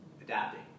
adapting